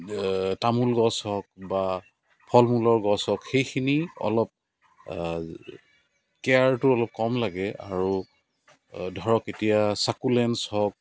তামোল গছ হওক বা ফল মূলৰ গছ হওক সেইখিনি অলপ কেয়াৰটো অলপ কম লাগে আৰু ধৰক এতিয়া ছাকুলেনটছ হওক